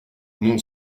mon